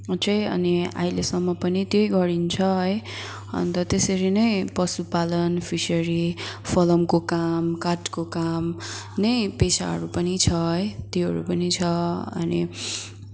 चाहिँ अनि अहिलेसम्म पनि त्यही गरिन्छ है अन्त त्यसरी नै पशु पालन फिसरी फलामको काम काठको काम नै पेसाहरू पनि छ है त्योहरू पनि छ अनि